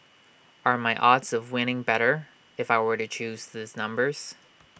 are my odds of winning better if I were to choose these numbers